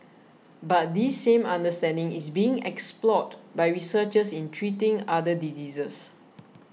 but this same understanding is being explored by researchers in treating other diseases